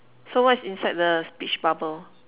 so what's inside the speech bubble